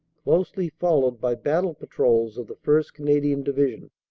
closely followed by battle patrols of the first. canadian division.